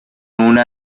una